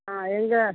ஆ எங்கள்